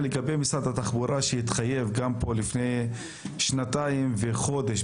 לגבי משרד התחבורה שהתחייב גם פה לפני שנתיים וחודש,